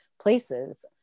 places